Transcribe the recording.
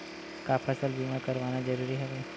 का फसल बीमा करवाना ज़रूरी हवय?